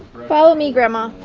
follow me, grandma.